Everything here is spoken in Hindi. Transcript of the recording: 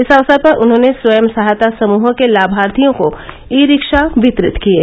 इस अवसर पर उन्होंने स्वयंसहायता समूहों के लाभार्थियों को ई रिक्शा वितरित किये